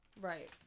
Right